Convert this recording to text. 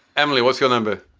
emily, what's your number?